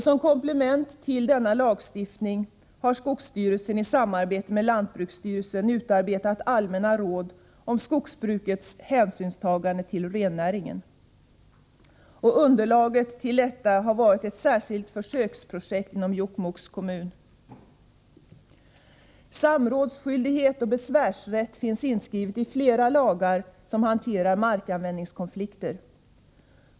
Som komplement till denna lagstiftning har skogsstyrelsen i samarbete med lantbruksstyrelsen utarbetat allmänna råd om skogsbrukets hänsynstagande till rennäringen. Som underlag till detta har legat ett särskilt försöksprojekt inom Jokkmokks kommun. Samrådsskyldighet och besvärsrätt finns inskrivna i flera lagar som hanterar markanvändningskonflikter.